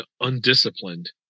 undisciplined